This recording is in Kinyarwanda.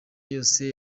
yose